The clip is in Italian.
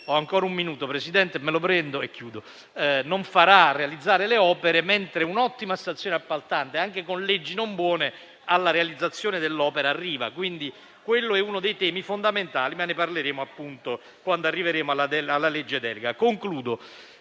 non farà realizzare le opere, mentre un'ottima stazione appaltante, anche con leggi non buone, arriva alla realizzazione dell'opera. Quindi quello è uno dei temi fondamentali, ma ne parleremo quando arriveremo alla legge delega. Dicevo